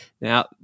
Now